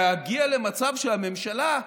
להגיע למצב שהממשלה,